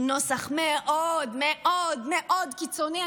הוא נוסח מאוד מאוד מאוד קיצוני.